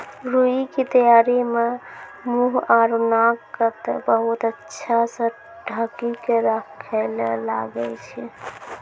रूई के तैयारी मं मुंह आरो नाक क बहुत अच्छा स ढंकी क राखै ल लागै छै